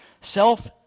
self